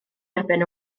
erbyn